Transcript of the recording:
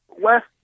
West